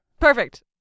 Perfect